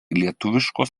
lietuviškos